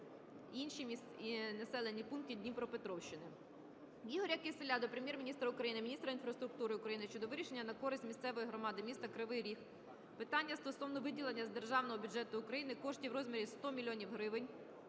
інших населених пунктів Дніпропетровщини. Юрія Кісєля до Прем'єр-міністра України, міністра інфраструктури України щодо вирішення на користь місцевої громади міста Кривий Ріг питання стосовно виділення з Державного бюджету України коштів у розмірі 100 мільйонів